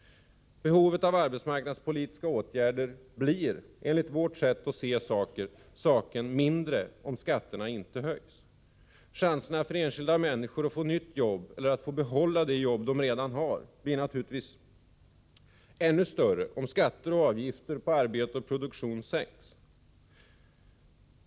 Behovet av arbetsmarknadspolitiska åtgärder blir enligt vårt sätt att se saken mindre om skatterna inte höjs. Chansen för den enskilda människan att få ett nytt jobb eller behålla det som man redan har blir naturligtvis ännu större om skatter och avgifter på arbete och produktion sänks.